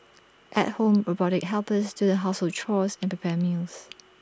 at home robotic helpers do the household chores and prepare meals